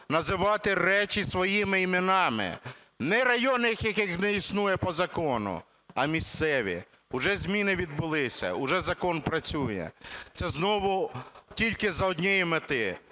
називати речі своїми іменами: не районних, яких не існує по закону, а місцеві. Уже зміни відбулися, уже закон працює. Це знову тільки з однієї мети: